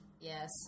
Yes